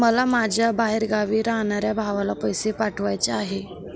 मला माझ्या बाहेरगावी राहणाऱ्या भावाला पैसे पाठवायचे आहे